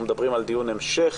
אנחנו מדברים על דיון המשך,